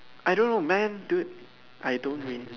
I don't know man dude I don't really